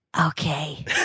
Okay